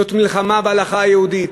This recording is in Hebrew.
זאת מלחמה בהלכה היהודית,